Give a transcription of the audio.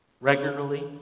regularly